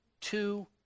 two